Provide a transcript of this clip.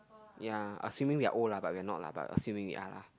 ya I am saying we are old lah but we are not but assuming ya lah